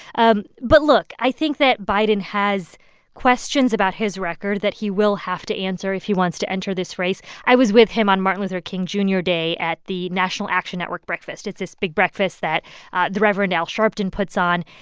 ah but look i think that biden has questions about his record that he will have to answer if he wants to enter this race i was with him on martin luther king jr. day at the national action network breakfast. it's this big breakfast that the reverend al sharpton puts on.